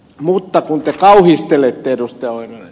mutta kun te kauhistelette ed